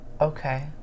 okay